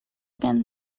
again